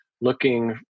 looking